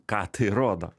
ką tai rodo